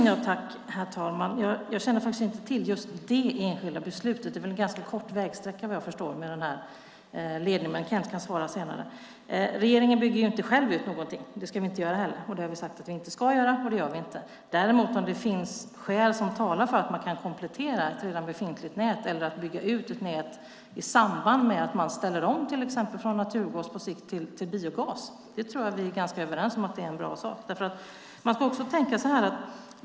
Herr talman! Jag känner inte till det enskilda beslutet. Såvitt jag förstår är det en ganska kort sträcka. Regeringen bygger inte ut något. Det ska man heller inte göra. Om det däremot finns skäl som talar för att man ska komplettera ett redan befintligt nät eller bygga ut ett nät i samband med att man ställer om från naturgas till biogas är vi nog överens om att det är bra.